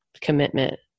commitment